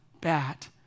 bat